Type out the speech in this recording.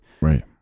Right